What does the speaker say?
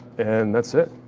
and that's it.